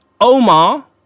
Omar